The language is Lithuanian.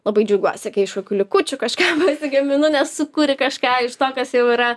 labai džiaugiuosi kai iš likučių kažką pasigaminu nes sukuri kažką iš to kas jau yra